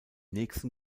nächsten